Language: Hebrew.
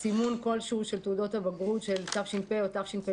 למנוע סימון של תעודות הבגרות שלהם כשונות מהשאר.